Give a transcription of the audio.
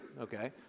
Okay